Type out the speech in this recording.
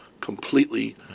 completely